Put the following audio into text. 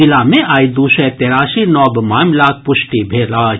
जिला मे आइ दू सय तेरासी नव मामिलाक पुष्टि भेल अछि